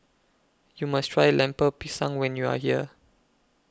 YOU must Try Lemper Pisang when YOU Are here